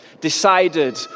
decided